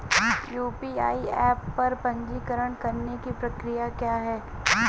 UPI app पर पंजीकरण करने की प्रक्रिया क्या है?